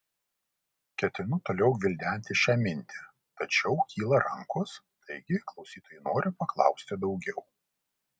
ketinu toliau gvildenti šią mintį tačiau kyla rankos taigi klausytojai nori paklausti daugiau